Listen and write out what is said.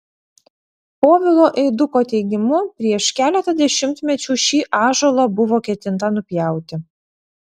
povilo eiduko teigimu prieš keletą dešimtmečių šį ąžuolą buvo ketinta nupjauti